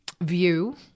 view